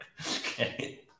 Okay